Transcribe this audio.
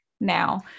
now